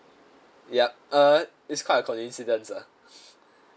yup uh it's quite a coincidence lah